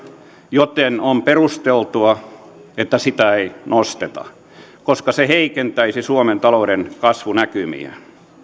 joten on perusteltua että sitä ei nosteta koska se heikentäisi suomen talouden kasvunäkymiä